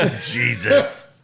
Jesus